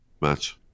match